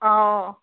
অঁ অঁ অঁ